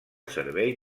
servei